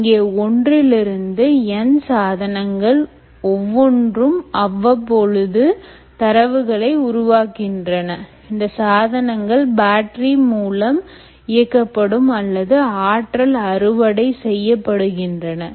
இங்கே ஒன்றில் இருந்து N சாதனங்கள் ஒவ்வொன்றும் அவ்வபொழுது தரவுகளை உருவாக்குகின்றன இந்த சாதனங்கள் பேட்டரி மூலம் இயக்கப்படும் அல்லது ஆற்றல் அறுவடை செய்யப்படுகின்றன